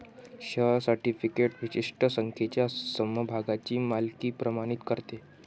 share certificate विशिष्ट संख्येच्या समभागांची मालकी प्रमाणित करते